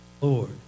Lord